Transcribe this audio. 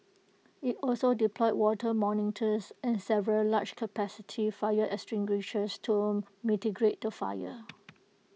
IT also deployed water monitors and several large capacity fire extinguishers to mitigate the fire